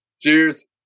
Cheers